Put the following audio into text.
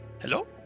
Hello